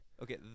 Okay